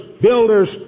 builders